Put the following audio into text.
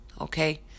okay